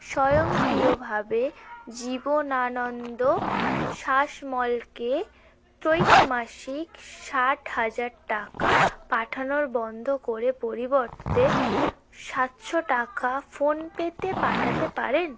স্বয়ংক্রিয়ভাবে জীবনানন্দ শাসমলকে ত্রৈমাসিক ষাট হাজার টাকা পাঠানোর বন্ধ করে পরিবর্তে সাতশো টাকা ফোনপেতে পাঠাতে পারেন